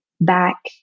back